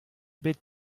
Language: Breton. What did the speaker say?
bet